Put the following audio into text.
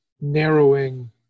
narrowing